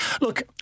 look